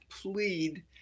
plead